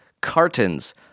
cartons